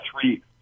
three